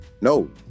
No